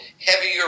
heavier